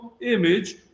image